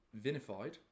vinified